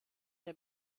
der